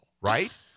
right